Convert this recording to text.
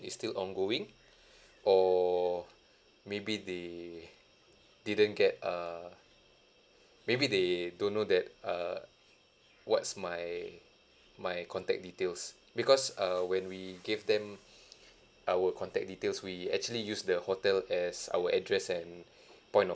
is still ongoing or maybe they didn't get err maybe they don't know that err what's my my contact details because uh when we gave them our contact details we actually use the hotel as our address and point of